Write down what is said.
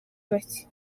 bake